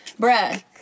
Bruh